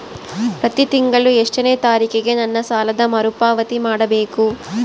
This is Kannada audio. ಪ್ರತಿ ತಿಂಗಳು ಎಷ್ಟನೇ ತಾರೇಕಿಗೆ ನನ್ನ ಸಾಲದ ಮರುಪಾವತಿ ಮಾಡಬೇಕು?